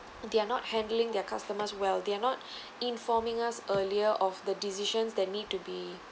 they are not handling their customers well they are not informing us earlier of the decisions that need to be